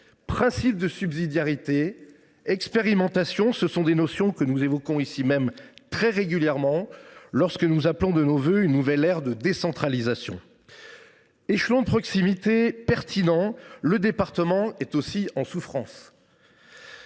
principe de subsidiarité et expérimentation : ce sont des notions que nous évoquons ici même très régulièrement lorsque nous appelons de nos vœux une nouvelle ère de décentralisation. Échelon de proximité pertinent et adapté, le département est aussi en souffrance,